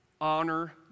honor